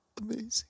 Amazing